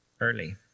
early